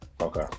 Okay